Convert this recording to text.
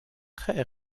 très